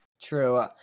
True